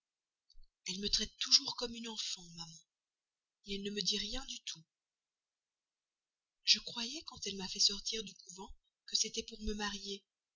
elle me traite toujours comme un enfant maman elle ne me dit rien du tout je croyais quand elle m'a fait sortir du couvent que c'était pour me marier